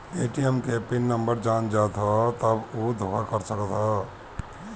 ATM के pin number जान जात हवे तब उ धोखा कर सकत हवे